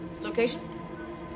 Location